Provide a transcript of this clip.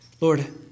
Lord